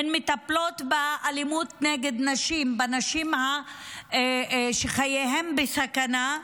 הן מטפלות באלימות נגד נשים, בנשים שחייהן בסכנה,